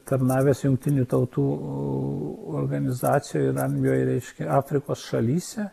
tarnavęs jungtinių tautų organizacijoj armojoj reiškia afrikos šalyse